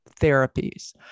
therapies